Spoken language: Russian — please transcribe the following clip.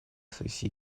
сессии